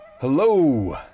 Hello